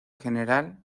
general